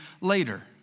later